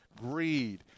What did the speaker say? greed